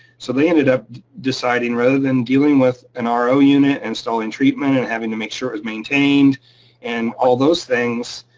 so they ended up deciding, rather than dealing with an ah ro unit, installing treatment, and having to make sure it's maintained and all those things,